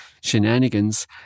shenanigans